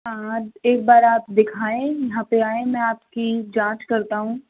आप एक बार आप दिखाएं यहाँ पे आएं मैं आपकी जाँच करता हूँ